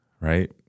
right